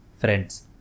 friends